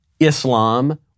Islam